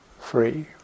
free